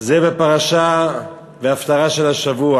זה בהפטרה של השבוע.